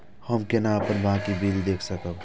हम केना अपन बाँकी बिल देख सकब?